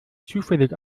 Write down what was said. zufällig